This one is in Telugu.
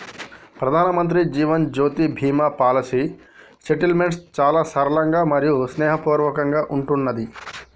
ప్రధానమంత్రి జీవన్ జ్యోతి బీమా పాలసీ సెటిల్మెంట్ చాలా సరళంగా మరియు స్నేహపూర్వకంగా ఉంటున్నాది